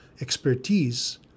expertise